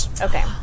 Okay